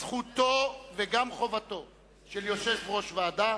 זכותו וגם חובתו של יושב-ראש ועדה